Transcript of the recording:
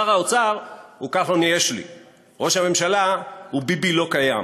שר האוצר הוא "כחלון יש לי"; ראש הממשלה הוא "ביבי לא קיים".